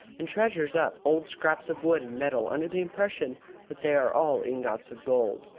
and treasures up old scraps of wood and metal under the impression that they are all ingots of gold.